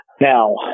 Now